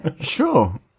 Sure